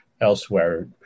elsewhere